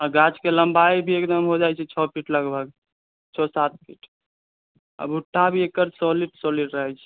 आ गाछ के लम्बाइ भी एकदम हो जाइ छै छओ फीट लगभग छओ सात फीट आ भुट्टा भी एकर सॉलिड सॉलिड रहै छै